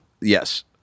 Yes